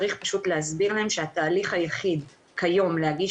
צריך פשוט להסביר להם שהתהליך היחיד כיום להגיש